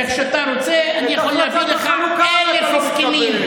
ואז אתה בא ומעוות איזה הסכם,